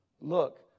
look